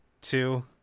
two